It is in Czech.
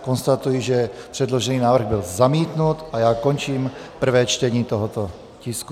Konstatuji, že předložený návrh byl zamítnut, a končím prvé čtení tohoto tisku.